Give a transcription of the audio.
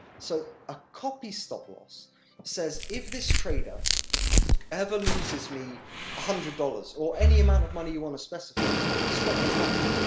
so, a copy stop loss says if this trader ever loses me hundred. or any amount of money you want to specify, stop the copy.